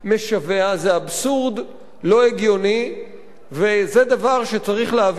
זה אבסורד לא הגיוני וזה דבר שצריך להביא אותו לתיקון.